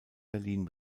berlin